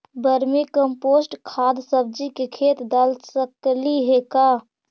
Vermi compost खाद सब्जी के खेत दाल सकली हे का?